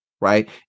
right